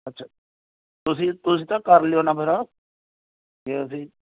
ਅੱਛਾ ਤੁਸੀਂ ਤੁਸੀਂ ਤਾਂ ਕਰ ਲਿਓ ਨਾ ਫਿਰ ਜੇ ਅਸੀਂ